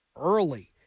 early